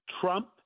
Trump